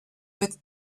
with